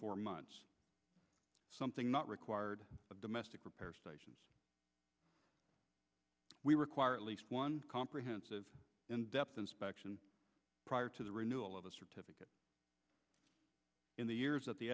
four months something not required of domestic repair stations we require at least one comprehensive in depth inspection prior to the renewal of the certificate in the years that the